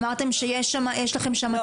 אמרתם שיש לכם שם תיקון לצו.